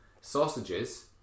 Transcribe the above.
Sausages